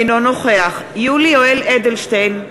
אינו נוכח יולי יואל אדלשטיין,